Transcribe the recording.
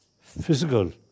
physical